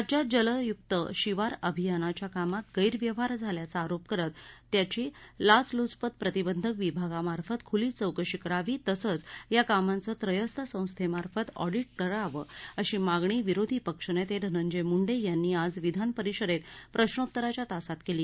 राज्यात जलयुक्त शिवार अभियानाच्या कामात गैरव्यवहार झाल्याचा आरोप करत त्याची लाचलूचपत प्रतिबंधक विभागामार्फत खुली चौकशी करावी तसंच या कामांचं त्रयस्थ संस्थेमार्फत ऑडिट करावं अशी मागणी विरोधी पक्षनेते धनंजय मुंडे यांनी आज विधानपरिषदेत प्रश्नोत्तराच्या तासात केली